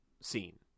scene